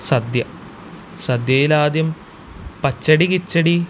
സദ്യ സദ്യയിൽ ആദ്യം പച്ചടി കിച്ചടി